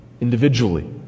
individually